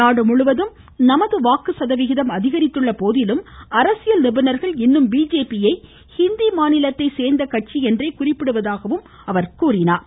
நாடு முழுவதும் நமது வாக்கு சதவிகிதம் அதிகரித்துள்ள போதிலும் அரசியல் நிபுணர்கள் இன்னும் பிஜேபியை ஹிந்தி மாநிலத்தை சேர்ந்த கட்சி என்றே குறிப்பிடுவதாகவும் எடுத்துரைத்தார்